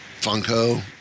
Funko